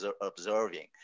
observing